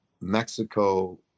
Mexico